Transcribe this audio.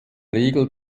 regel